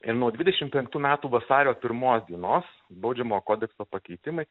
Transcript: ir nuo dvidešimt penktų metų vasario pirmos dienos baudžiamojo kodekso pakeitimai